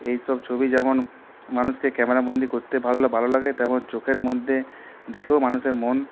এইসব ছবি যেমন মানুষকে ক্যামেরাবন্দী করতে ভালো ভালো লাগে তেমন চোখের মধ্যে দেখেও মানুষের মন